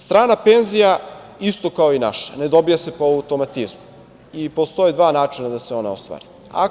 Strana penzija, isto kao i naša, ne dobija se po automatizmu i postoje dva načina da se ona ostvari.